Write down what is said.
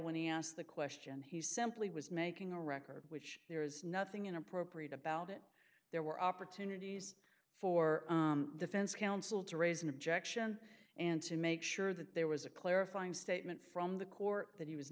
when he asked the question he simply was making a record which there is nothing inappropriate about it there were opportunities for the fence counsel to raise an objection and to make sure that there was a clarifying statement from the court that he was